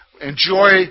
Enjoy